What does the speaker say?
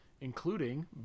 including